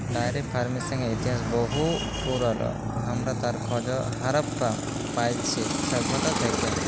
diary ফার্মিংয়ের ইতিহাস বহু পুরল, হামরা তার খজ হারাপ্পা পাইছি সভ্যতা থেক্যে